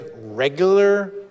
regular